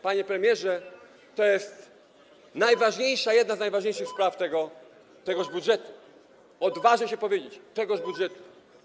Panie premierze, to jest najważniejsza, jedna z najważniejszych spraw tegoż budżetu, odważę się powiedzieć: tegoż budżetu.